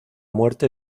muerte